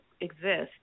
exist